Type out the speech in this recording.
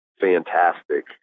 fantastic